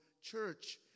church